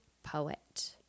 poet